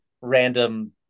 random